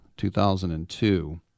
2002